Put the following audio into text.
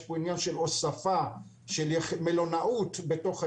יש פה עניין של הוספה של מלונאות בתוך היישוב.